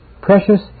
Precious